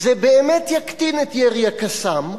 זה באמת יקטין את ירי ה"קסאם",